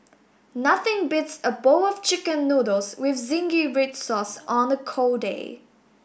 nothing beats a bowl of chicken noodles with zingy red sauce on a cold day